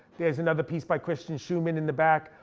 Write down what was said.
there's another piece by christian schumann in the back.